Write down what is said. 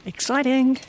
Exciting